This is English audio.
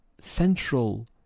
central